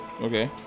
Okay